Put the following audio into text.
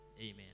Amen